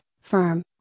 firm